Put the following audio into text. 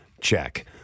check